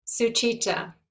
Suchita